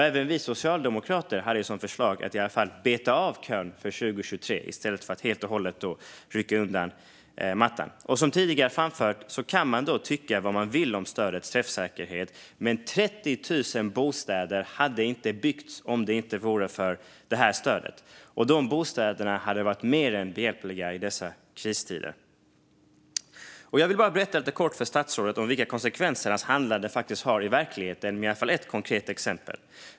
Även vi socialdemokrater hade som förslag att i alla fall beta av kön för 2023 i stället för att helt och hållet rycka undan mattan för detta stöd. Som tidigare har framförts kan man tycka vad man vill om stödets träffsäkerhet. Men 30 000 bostäder hade inte byggts om det inte vore för detta stöd. Och dessa bostäder hade varit mer än behjälpliga i dessa kristider. Jag vill bara lite kortfattat med ett exempel berätta för statsrådet vilka konsekvenser hans handlande faktiskt får i verkligheten.